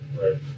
right